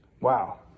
Wow